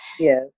Yes